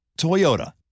Toyota